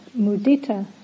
mudita